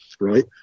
right